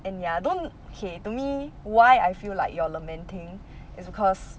and ya don't okay to me why I feel like you are lamenting is because